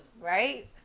right